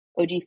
OG